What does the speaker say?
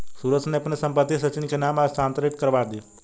सुरेश ने अपनी संपत्ति सचिन के नाम स्थानांतरित करवा दी